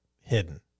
hidden